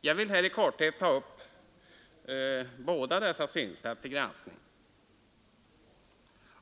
Jag vill här i korthet ta upp båda dessa synsätt till granskning.